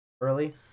early